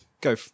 go